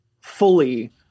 fully